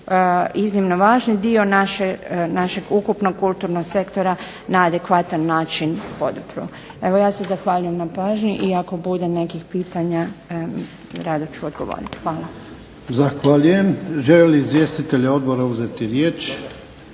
iznimno važni dio našeg ukupnog kulturnog sektora na adekvatan način podupro. Evo ja se zahvaljujem na pažnji, i ako bude nekih pitanja rado ću odgovoriti. Hvala. **Jarnjak, Ivan (HDZ)** Zahvaljujem. Žele li izvjestitelji odbora uzeti riječ?